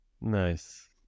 Nice